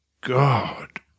God